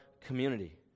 community